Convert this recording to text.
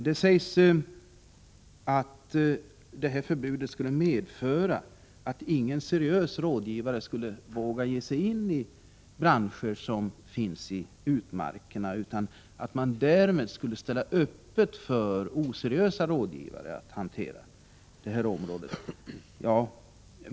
Det sägs att det här förbudet skulle medföra att ingen seriös rådgivare skulle våga ge sig in i branscher som finns i utmarkerna och att man därmed skulle ställa öppet för oseriösa rådgivare att hantera det området.